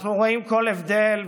אנחנו רואים כל הבדל,